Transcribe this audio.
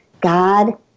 God